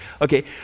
Okay